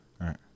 right